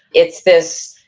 it's this,